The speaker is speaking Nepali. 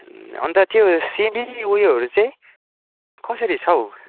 अन्त त्यो सिमी उयोहरू चाहिँ कसरी छ हौ